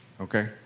okay